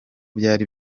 byari